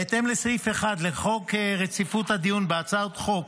בהתאם לסעיף 1 לחוק רציפות הדיון בהצעות חוק,